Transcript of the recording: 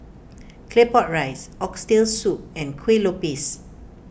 Claypot Rice Oxtail Soup and Kuih Lopes